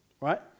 right